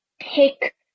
pick